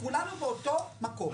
כולנו באותו מקום.